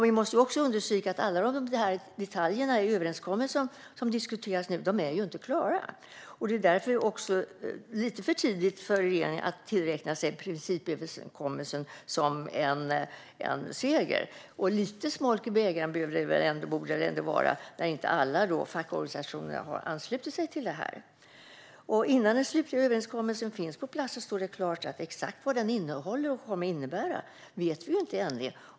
Vi måste också understryka att alla detaljer i den överenskommelse som nu diskuteras inte är klara. Det är därför lite för tidigt för regeringen att tillgodoräkna sig principöverenskommelsen som en seger. Lite smolk i bägaren borde det väl ändå vara att inte alla fackorganisationer har anslutit sig till detta. Innan den slutliga överenskommelsen finns på plats står det klart att vi ännu inte vet exakt vad den innehåller och kommer att innebära.